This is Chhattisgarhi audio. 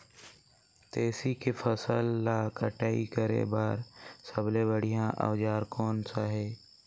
तेसी के फसल ला कटाई करे बार सबले बढ़िया औजार कोन सा हे?